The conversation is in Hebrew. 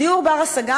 דיור בר-השגה,